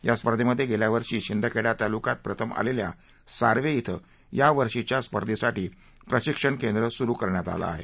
या स्पर्धेमध्ये शेल्या वर्षी शिंदखेडा तालुक्यात प्रथम आलेल्या सार्वे इथं या वर्षीच्या स्पर्धेसाठी प्रशिक्षण केंद्र सुरू करण्यात आलं आहे